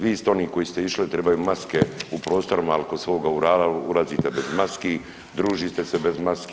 Vi ste oni koji ste išli trebaju maske u prostorima, ali kod svoga urara ulazite bez maski, družite se bez maski.